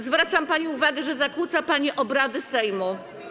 Zwracam pani uwagę, że zakłóca pani obrady Sejmu.